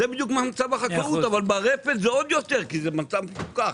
זה בדיוק מה מצב החקלאות אבל ברפת זה עוד יותר כי זה מוצר מפוקח.